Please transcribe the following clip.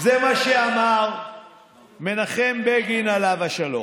זה מה שאמר מנחם בגין, עליו השלום: